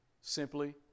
simply